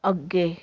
ਅੱਗੇ